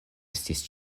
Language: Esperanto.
estis